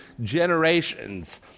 generations